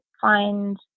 find